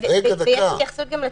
יש התייחסות גם לתפוסה.